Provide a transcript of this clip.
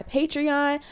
Patreon